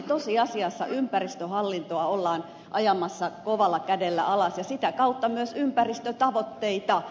tosiasiassa ympäristöhallintoa ollaan ajamassa kovalla kädellä alas ja sitä kautta myös ympäristötavoitteita